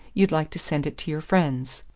you'd like to send it to your friends.